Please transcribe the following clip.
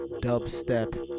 dubstep